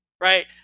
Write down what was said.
right